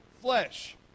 flesh